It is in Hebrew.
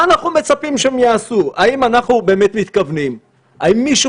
האם מישהו